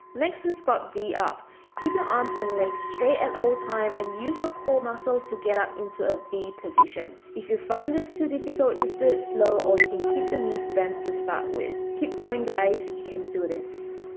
next we've got v up keep your arms and legs straight at all time and use your core muscles to get up into a v position if you find this too difficult just do it slow or you can keep your knees bent to start with keep going guys, you can do this